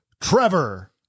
Trevor